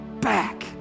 back